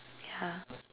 yeah